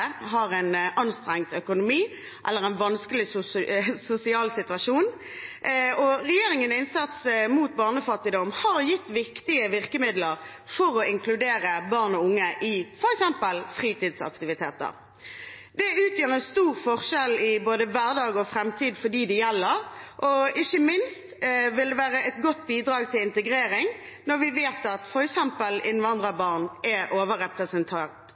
har en anstrengt økonomi eller er i en vanskelig sosial situasjon. Regjeringens innsats mot barnefattigdom har gitt viktige virkemidler for å inkludere barn og unge i f.eks. fritidsaktiviteter. Det utgjør en stor forskjell i både hverdag og framtid for dem det gjelder, og ikke minst vil det være et godt bidrag til integrering når vi vet at f.eks. innvandrerbarn er overrepresentert